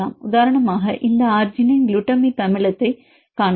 உதாரணமாக இந்த arginine glutamic அமிலத்தைக் காணலாம்